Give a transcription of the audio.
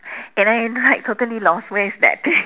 and then I totally lost where's that thing